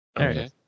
Okay